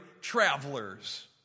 travelers